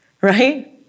Right